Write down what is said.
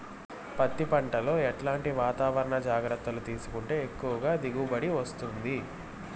పత్తి పంట లో ఎట్లాంటి వాతావరణ జాగ్రత్తలు తీసుకుంటే ఎక్కువగా దిగుబడి వస్తుంది?